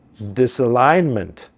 disalignment